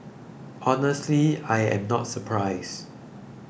honestly I am not surprised